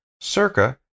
circa